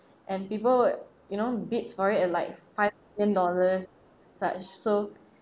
and people would you know bids for it at like five million dollars such so